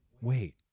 Wait